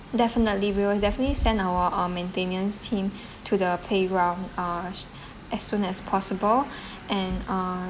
definitely we will definitely send our ah maintenance team to the playground uh as soon as possible and uh